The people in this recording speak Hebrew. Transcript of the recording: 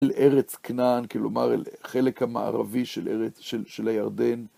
אל ארץ כנען, כלומר, אל החלק המערבי של הירדן.